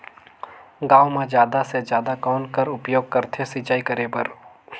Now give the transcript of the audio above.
गांव म जादा से जादा कौन कर उपयोग करथे सिंचाई करे बर?